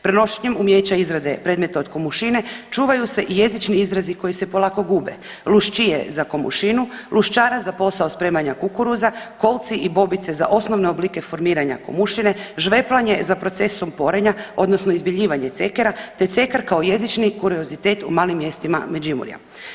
Prenošenjem umijeća izrade predmeta od komušine čuvaju se i jezični izrazi koji se polako gube, lušćije za komušinu, lušćara za posao spremanja kukuruza, kolci i bobice za osnovne oblike formiranja komušine, žveplanje za proces sumporenja odnosno izbjeljivanje cekera te ceker kao jezični kuriozitet u malim mjestima Međimurja.